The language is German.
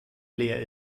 leer